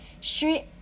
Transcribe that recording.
street